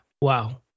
Wow